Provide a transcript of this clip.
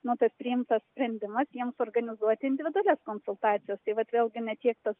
nu tas priimtas sprendimas jiems organizuoti individualias konsultacijas tai vat vėlgi ne tiek tas